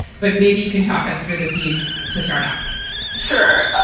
but maybe you can talk us through the piece to start off sure.